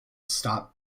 stop